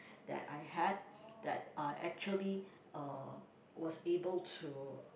that I had that I actually uh was able to